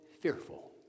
fearful